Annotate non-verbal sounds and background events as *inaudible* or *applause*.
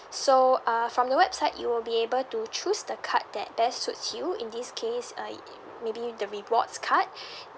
so uh from the website you will be able to choose the card that best suits you in this case uh it maybe the rewards card *breath*